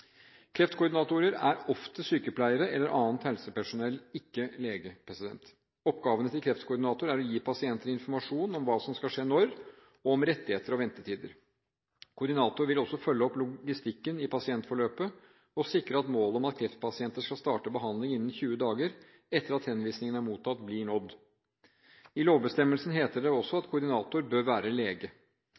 Kreftkoordinatorer er oftest sykepleiere eller annet helsepersonell – ikke leger. Oppgavene til kreftkoordinator er å gi pasienter informasjon om hva som skal skje når, og om rettigheter og ventetider. Koordinator vil også følge opp logistikken i pasientforløpet, og sikre at målet om at kreftpasienter skal starte behandling innen 20 dager etter at henvisningen er mottatt, blir nådd. I lovbestemmelsen heter det også at koordinator bør være lege.